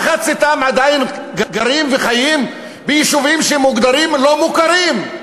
מחציתם עדיין גרים וחיים ביישובים שמוגדרים לא מוכרים.